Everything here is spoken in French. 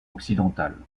occidental